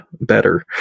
better